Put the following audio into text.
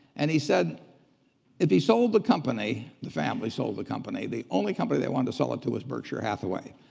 and he said if he sold the company, the family sold the company, the only company they wanted to sell it other was berkshire hathaway.